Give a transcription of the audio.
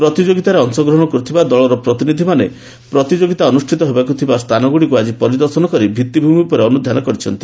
ପ୍ରତିଯୋଗିତାରେ ଅଂଶଗ୍ରହଣ କରୁଥିବା ଦଳର ପ୍ରତିନିଧିମାନେ ପ୍ରତିଯୋଗିତା ଅନୁଷ୍ଠିତ ହେବାକୁ ଥିବା ସ୍ଥାନଗୁଡ଼ିକୁ ଆଜି ପରିଦର୍ଶନ କରି ଭିତ୍ତିଭୂମି ଉପରେ ଅନ୍ଧ୍ୟାନ କରିଛନ୍ତି